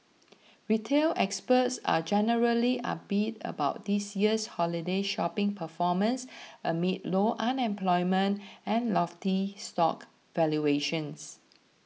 retail experts are generally upbeat about this year's holiday shopping performance amid low unemployment and lofty stock valuations